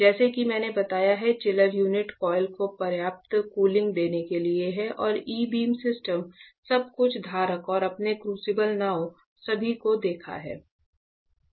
जैसा कि मैंने बताया है चिलर यूनिट कॉइल को पर्याप्त कूलिंग देने के लिए है और ई बीम सिस्टम सब कुछ धारक और आपने क्रूसिबल नौकाओं सभी को देखा हैं